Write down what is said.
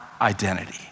identity